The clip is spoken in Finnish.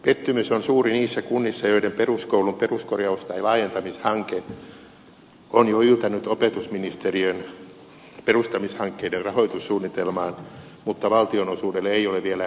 pettymys on suuri niissä kunnissa joiden peruskoulun peruskorjaus tai laajentamishanke on jo yltänyt opetusministeriön perustamishankkeiden rahoitussuunnitelmaan mutta valtionosuudelle ei ole vielä myöntämisvaltuutta